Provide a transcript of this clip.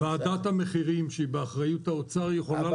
ועדת המחירים שהיא באחריות האוצר יכולה